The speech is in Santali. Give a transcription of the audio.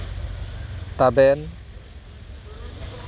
ᱛᱟᱵᱮᱱ